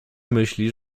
myśli